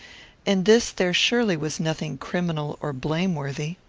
in this there surely was nothing criminal or blameworthy.